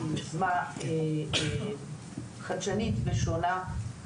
שהיא יוזמה חדשנית ושונה,